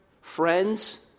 Friends